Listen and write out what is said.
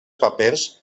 papers